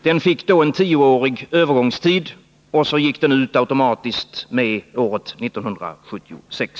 Den fick då en tioårig övergångstid, och den upphörde automatiskt i och med utgången av år 1976.